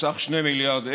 בסך 2 מיליארד אירו,